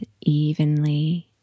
evenly